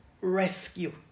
rescue